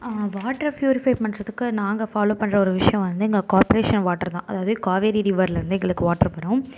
வாட்டரை ஃப்யூரிஃபை பண்ணுறத்துக்கு நாங்கள் ஃபாலோ பண்ணுற ஒரு விஷயம் வந்து எங்கள் கார்ப்ரேஷன் வாட்ரு தான் அதாவது காவேரி ரிவரில் இருந்தே எங்களுக்கு வாட்ரு வரும்